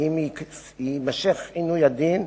אם יימשך עינוי הדין,